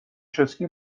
چسکی